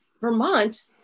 Vermont